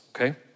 Okay